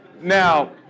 Now